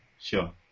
Sure